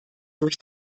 durch